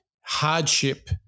hardship